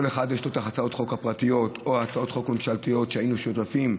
כל אחד יש לו הצעות חוק פרטיות או הצעות חוק ממשלתיות שהיינו שותפים,